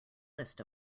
list